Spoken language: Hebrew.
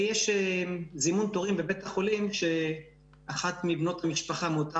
ויש זימון תורים בבית החולים שאחת מבנות המשפחה מאותה